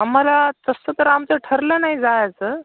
आम्हाला तसं तर आमचं ठरलं नाही जायचं